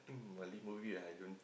Malay movie I don't think